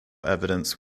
evidence